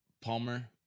Palmer